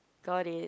got it